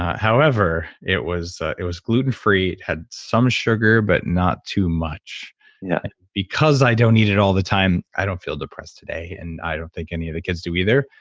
however, it was it was gluten-free, it had some sugar but not too much yeah because i don't eat it all the time, i don't feel depressed today and i don't think any of the kids do either.